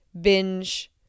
binge